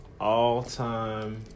all-time